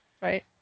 right